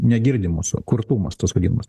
negirdi mūsų kurtumas tas vadinamas